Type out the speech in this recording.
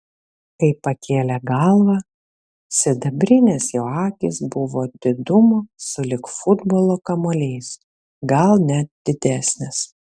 kai pakėlė galvą sidabrinės jo akys buvo didumo sulig futbolo kamuoliais gal net didesnės